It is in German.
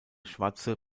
schwarze